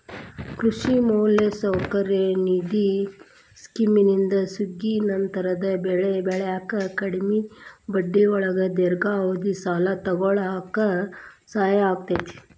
ಕೃಷಿ ಮೂಲಸೌಕರ್ಯ ನಿಧಿ ಸ್ಕಿಮ್ನಿಂದ ಸುಗ್ಗಿನಂತರದ ಬೆಳಿ ಬೆಳ್ಯಾಕ ಕಡಿಮಿ ಬಡ್ಡಿಯೊಳಗ ದೇರ್ಘಾವಧಿ ಸಾಲ ತೊಗೋಳಾಕ ಸಹಾಯ ಆಕ್ಕೆತಿ